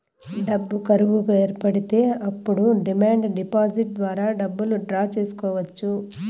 డబ్బు కరువు ఏర్పడితే అప్పుడు డిమాండ్ డిపాజిట్ ద్వారా డబ్బులు డ్రా చేసుకోవచ్చు